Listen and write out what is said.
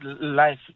life